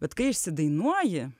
bet kai išsidainuoji